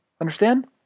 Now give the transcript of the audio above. Understand